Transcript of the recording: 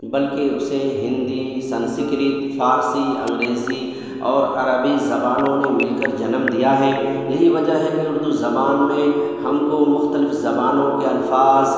بلکہ اسے ہندی سنسکرت فارسی انگریزی اور عربی زبانوں نے مل کر جنم دیا ہے یہی وجہ ہے کہ اردو زبان میں ہم کو مختلف زبانوں کے الفاظ